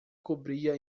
cobria